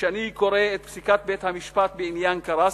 כשאני קורא את פסיקת בית-המשפט בעניין קרסיק,